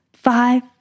Five